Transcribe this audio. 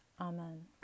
Amen